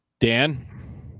Dan